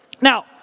Now